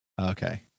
Okay